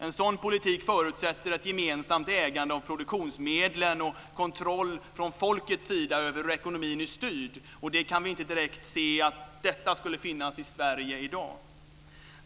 En sådan politik förutsätter ett gemensamt ägande av produktionsmedlen och kontroll från folkets sida över hur ekonomin är styrd. Vi kan inte direkt se att detta skulle finnas i Sverige i dag.